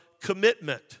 commitment